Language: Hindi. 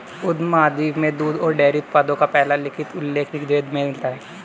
उपमहाद्वीप में दूध और डेयरी उत्पादों का पहला लिखित उल्लेख ऋग्वेद में मिलता है